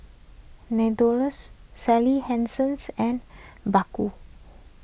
Sally Hansen and Baggu